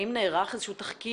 האם נערך איזה שהוא תחקיר?